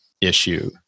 issue